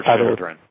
children